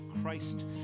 Christ